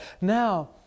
now